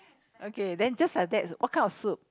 okay then just like that what kind of soup